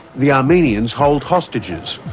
the armenians hold hostages,